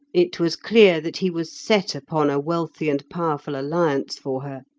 it was clear that he was set upon a wealthy and powerful alliance for her